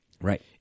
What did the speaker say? Right